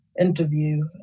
interview